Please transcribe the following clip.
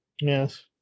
Yes